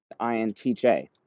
INTJ